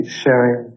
sharing